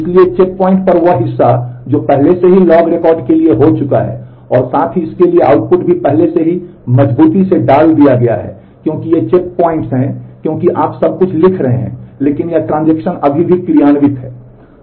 इसलिए चेकपॉइंट पर वह हिस्सा जो पहले से ही लॉग रिकॉर्ड के लिए हो चुका है और साथ ही इसके लिए आउटपुट भी पहले से ही मजबूती से डाल दिया गया है क्योंकि ये चेकपॉइंट अभी भी क्रियान्वित है